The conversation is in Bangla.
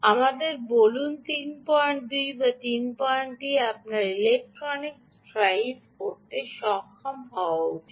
আমাদের বলুন 32 বা 33 আপনার ইলেক্ট্রনিক্স ড্রাইভ করতে সক্ষম হওয়া উচিত